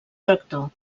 tractor